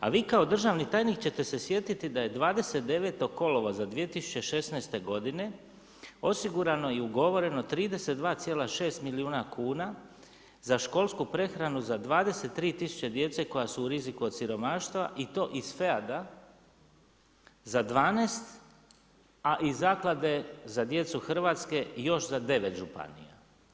A vi kao državni tajnik ćete se sjetiti da je 29. kolovoza 2016. godine osigurano i ugovoreno 32,6 milijuna kuna za školsku prehranu za 23000 djece koja su u riziku od siromaštva i to iz FEAD-a za 12, a iz Zaklade za djecu Hrvatske još za 9 županija.